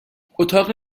اتاق